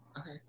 okay